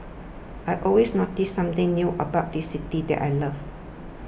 I always notice something new about this city that I love